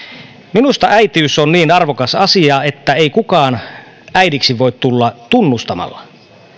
minusta äitiys on niin arvokas asia että ei kukaan äidiksi voi tulla tunnustamalla